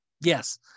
Yes